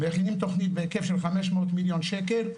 מכינים תוכנית בהיקף של 500 מיליון שקל,